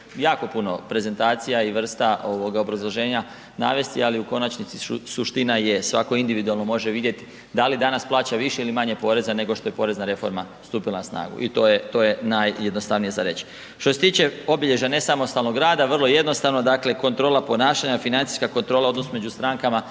jako puno prezentacija i vrsta ovoga obrazloženja navesti, ali u konačnici suština je svatko individualno može vidjeti da li danas plaća više ili manje poreza nego što je porezna reforma stupila na snagu i to je, to je najjednostavnije za reći. Što se tiče obilježja nesamostalnog rada, vrlo jednostavno, dakle kontrola ponašanja, financijska kontrola, odnos među strankama,